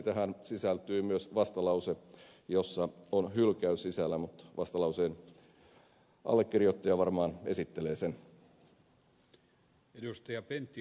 tähän sisältyy myös vastalause jossa on hylkäys sisällä mutta vastalauseen allekirjoittaja varmaan esittelee sen